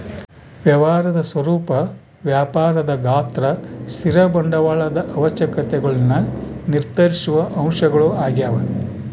ವ್ಯವಹಾರದ ಸ್ವರೂಪ ವ್ಯಾಪಾರದ ಗಾತ್ರ ಸ್ಥಿರ ಬಂಡವಾಳದ ಅವಶ್ಯಕತೆಗುಳ್ನ ನಿರ್ಧರಿಸುವ ಅಂಶಗಳು ಆಗ್ಯವ